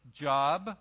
job